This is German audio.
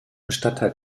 stadtteil